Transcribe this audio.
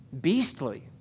beastly